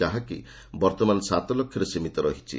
ଯାହାକି ବର୍ତ୍ତମାନ ସାତ ଲକ୍ଷରେ ସୀମିତ ରହିଛି